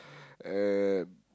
and